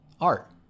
art